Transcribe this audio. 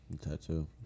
tattoo